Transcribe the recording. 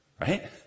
Right